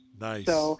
Nice